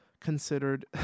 considered